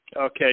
Okay